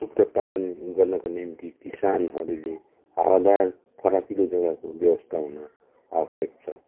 कुखुरा पालन गर्नको निम्ति किसानहरूले हावादार फराकिलो जग्गाको व्यवस्था हुन आवश्यक छ